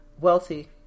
wealthy